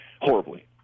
horribly